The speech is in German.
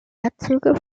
herzöge